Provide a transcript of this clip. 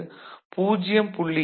அதாவது 0